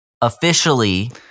officially